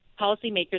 policymakers